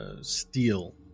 steel